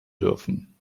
dürfen